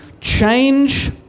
Change